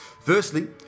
firstly